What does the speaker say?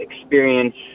experience